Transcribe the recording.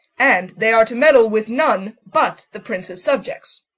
and they are to meddle with none but the prince's subjects.